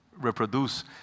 reproduce